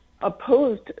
opposed